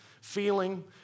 feeling